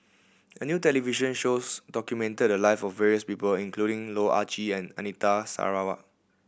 a new television shows documented the live of various people including Loh Ah Chee and Anita Sarawak